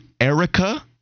Erica